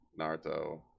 Naruto